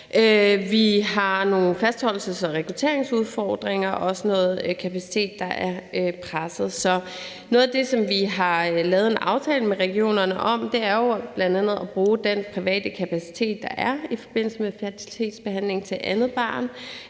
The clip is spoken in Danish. vi har nogle fastholdelses- og rekrutteringsudfordringer og også noget kapacitet, der er presset. Så noget af det, som vi har lavet en aftale med regionerne om, er jo bl.a. at bruge den private kapacitet, der er i forbindelse med fertilitetsbehandling til andet barn.